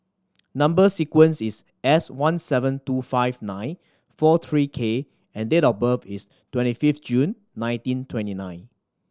number sequence is S one seven two five nine four three K and date of birth is twenty fifth June nineteen twenty nine